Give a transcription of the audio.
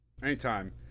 Anytime